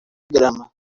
grama